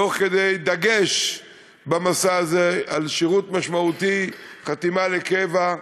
תוך דגש במסע הזה על שירות משמעותי, חתימה לקבע,